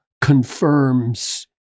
confirms